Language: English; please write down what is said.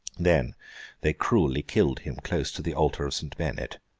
then they cruelly killed him close to the altar of st. bennet